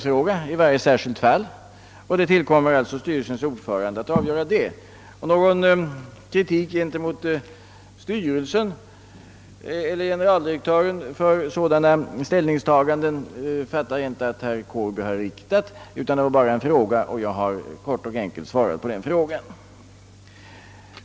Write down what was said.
I varje särskilt fall tillkommer det således styrelsens ordförande att avgöra hur en fråga skall behandlas. Herr Gustafsson har inte riktat någon kritik mot styrelsen eller generaldirektören för sådana ställningstaganden, och Jag ville inte kommentera detta utan bara svara på hans fråga.